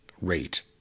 rate